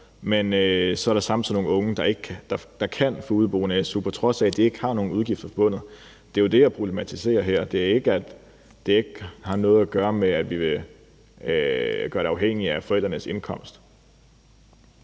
men at der samtidig er nogle unge, der kan få udeboende-su, på trods af at de ikke har nogen udgifter forbundet med det. Det er jo det, jeg problematiserer her. Det har ikke noget at gøre med, at vi vil gøre det afhængigt af forældrenes indkomst.